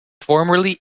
formerly